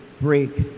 break